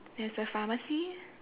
there's a pharmacy